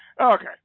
Okay